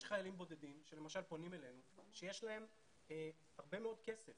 יש חיילים בודדים שלמשל פונים אלינו שיש להם הרבה מאוד כסף